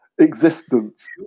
Existence